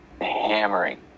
hammering